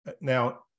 Now